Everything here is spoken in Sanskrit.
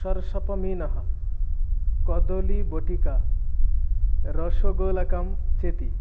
शरशपमीनः कदलीवटिका रसगोलकं चेति